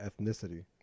ethnicity